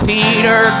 Peter